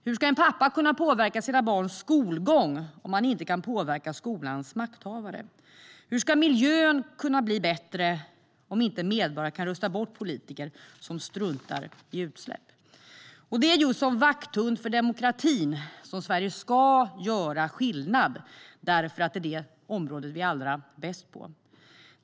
Hur ska en pappa kunna påverka sina barns skolgång om han inte kan påverka skolans makthavare? Hur ska miljön kunna bli bättre om medborgare inte kan rösta bort politiker som struntar i utsläpp? Det är just som vakthund för demokratin som Sverige ska göra skillnad, för det är det område som vi är allra bäst på.